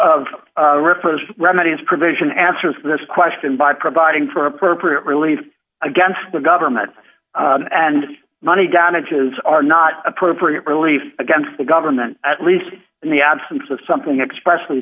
of reference remedies provision answers this question by providing for appropriate relief against the government and money damages are not appropriate relief against the government at least in the absence of something express